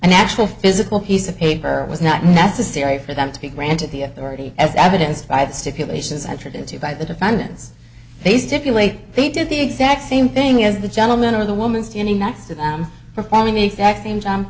and actual physical piece of paper was not necessary for them to be granted the authority as evidenced by the stipulations entered into by the defendants they stipulate they did the exact same thing as the gentlemen of the woman standing next to them performing the exact same